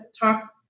talk